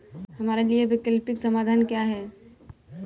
हमारे लिए वैकल्पिक समाधान क्या है?